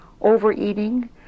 Overeating